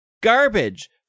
garbage